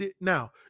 now